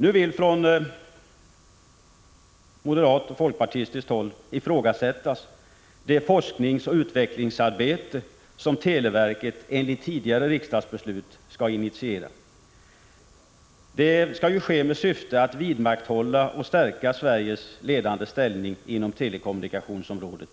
Nu vill man från moderat och folkpartistiskt håll ifrågasätta det forskningsoch utvecklingsarbete som televerket enligt tidigare riksdagsbeslut skall initiera. Detta skall ju ske med syfte att vidmakthålla och stärka Sveriges ledande ställning inom telekommunikationsområdet.